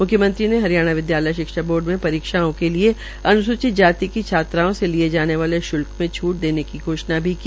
मुख्यमंत्री ने हरियाणा विद्यालय शिक्षा बोर्ड में परीक्षाओं के लिए अन्सूचित जाति की छात्राओं से लिए जाने वाले श्ल्क में छूट देने की घोषणा भी की